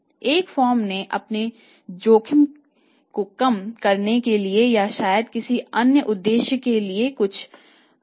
एक फर्म ने अपने जोखिम को कम करने के लिए या शायद किसी अन्य उद्देश्य के लिए कुछ व्युत्पन्न खरीदे हैं